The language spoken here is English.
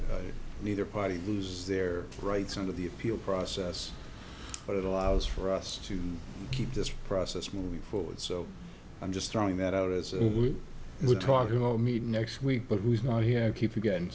neither party loses their rights under the appeal process but it allows for us to keep this process moving forward so i'm just throwing that out as we were talking about me next week but we are here keep you get